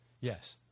Yes